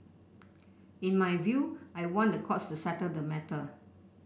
in my view I want the courts to settle the matter